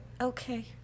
Okay